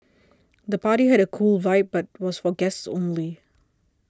the party had a cool vibe but was for guests only